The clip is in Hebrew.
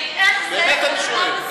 באמת אני שואל.